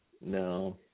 No